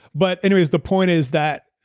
but anyways, the point is that,